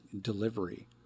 delivery